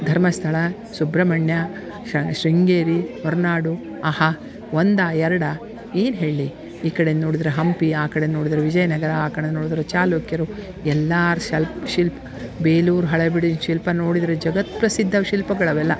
ಧರ್ಮಸ್ಥಳ ಸುಬ್ರಹ್ಮಣ್ಯ ಶೃಂಗೇರಿ ಹೊರನಾಡು ಆಹಾ ಒಂದಾ ಎರಡಾ ಏನು ಹೇಳಲಿ ಈ ಕಡೆ ನೋಡಿದ್ರ ಹಂಪಿ ಆ ಕಡೆ ನೋಡಿದ್ರ ವಿಜಯನಗರ ಆ ಕಡೆ ನೋಡಿದ್ರ ಚಾಲುಕ್ಯರು ಎಲ್ಲಾರ ಶಲ್ಪ್ ಶಿಲ್ಪ ಬೇಲೂರು ಹಳೇಬೀಡಿನ ಶಿಲ್ಪ ನೋಡಿದರೆ ಜಗತ್ತು ಪ್ರಸಿದ್ಧ ಶಿಲ್ಪಗಳು ಅವೆಲ್ಲ